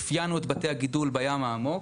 אנחנו אפיינו את בתי הגידול בים העמוק.